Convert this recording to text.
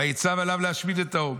ויצו עליו להשמיד את העם".